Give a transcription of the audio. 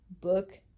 book